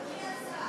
אדוני השר,